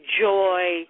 joy